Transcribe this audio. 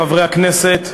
חברי הכנסת,